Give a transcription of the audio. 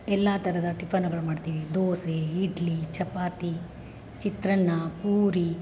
ಎಲ್ಲ ಥರದ ಟಿಫನುಗಳು ಮಾಡ್ತೀವಿ ದೋಸೆ ಇಡ್ಲಿ ಚಪಾತಿ ಚಿತ್ರಾನ್ನ ಪೂರಿ